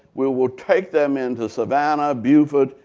we will take them in to savannah, beaufort,